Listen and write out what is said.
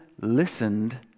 listened